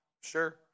Sure